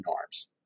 arms